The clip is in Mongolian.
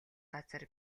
газар